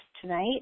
tonight